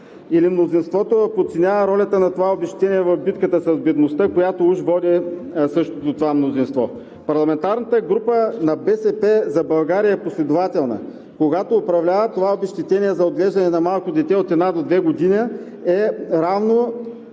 Или мнозинството подценява ролята на това обезщетение в битката с бедността, която уж същото това мнозинство води. Парламентарната група на „БСП за България“ е последователна – когато управлява, това обезщетение за отглеждане на малко дете от една до две години е равно